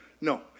No